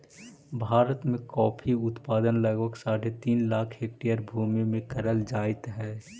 भारत में कॉफी उत्पादन लगभग साढ़े तीन लाख हेक्टेयर भूमि में करल जाइत हई